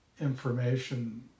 information